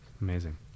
Amazing